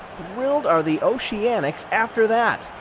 thrilled are the oceanics after that?